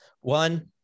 one